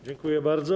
Dziękuję bardzo.